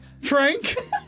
Frank